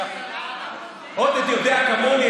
עודד יודע כמוני,